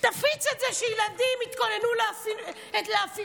תפיץ את זה שילדים התכוננו לעפיפוניאדה,